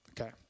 Okay